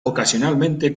ocasionalmente